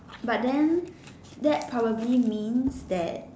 but then that probably means that